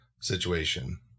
situation